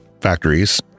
factories